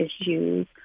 issues